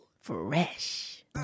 Fresh